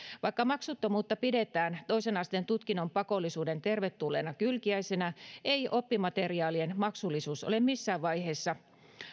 vaikka maksuttomuutta pidetään toisen asteen tutkinnon pakollisuuden tervetulleena kylkiäisenä ei oppimateriaalien maksullisuus ole missään vaiheessa